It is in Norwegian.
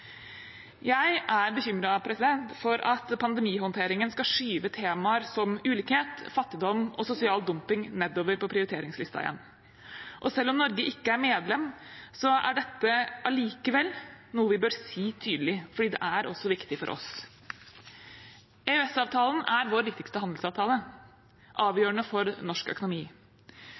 Jeg er bekymret for at pandemihåndteringen skal skyve temaer som ulikhet, fattigdom og sosial dumping nedover på prioriteringslisten igjen. Selv om Norge ikke er medlem, er dette noe vi bør si tydelig, for det er viktig også for oss. EØS-avtalen er vår viktigste handelsavtale og avgjørende for norsk økonomi.